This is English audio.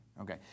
Okay